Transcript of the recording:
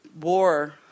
war